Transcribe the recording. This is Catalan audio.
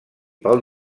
pel